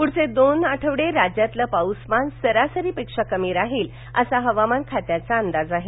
पुढये दोन आठवडे राज्यातलं पाऊसमान सरासरपिक्षा कम तिहळि असा हवामान खात्याचा अंदाज आहे